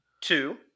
two